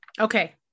Okay